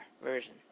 version